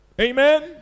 Amen